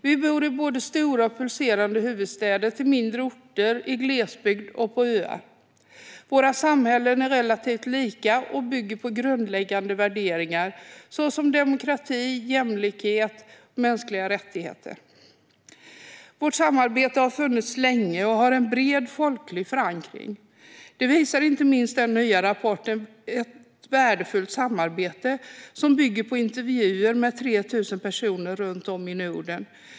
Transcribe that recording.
Vi bor i både stora och pulserande huvudstäder, i mindre orter, i glesbygd och på öar. Våra samhällen är relativt lika och bygger på grundläggande värderingar såsom demokrati, jämlikhet och mänskliga rättigheter. Vårt samarbete har funnits länge och har en bred folklig förankring. Det visar inte minst den nya rapporten Ett värdefullt samarbete: Den nordiska befolkningens syn på Norden som bygger på intervjuer med 3 000 personer runt om i Norden.